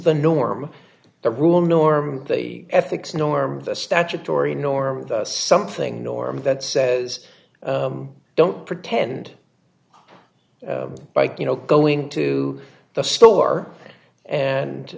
the norm the rule nor the ethics norms the statutory norm something norm that says don't pretend like you know going to the store and